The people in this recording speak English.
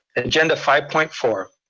agenda five point four,